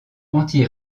anti